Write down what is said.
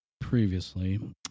previously